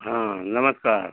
हाँ नमस्कार